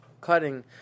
cutting